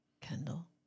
Kendall